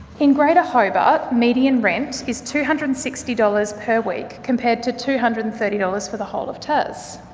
in greater hobart, median rent is two hundred and sixty dollars per week compared to two hundred and thirty dollars for the whole of tas.